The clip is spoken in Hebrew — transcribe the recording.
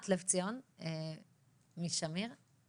בבקשה.